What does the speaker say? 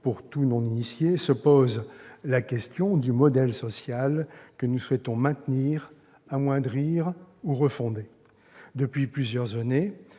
pour tout non-initié se pose la question du modèle social que nous souhaitons maintenir, amoindrir ou refonder. Depuis plusieurs années,